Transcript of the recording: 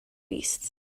beasts